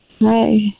Hi